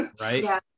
Right